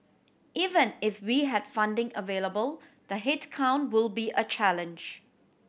even if we had funding available the headcount will be a challenge